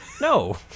no